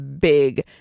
big